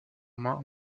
main